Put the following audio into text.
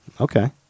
Okay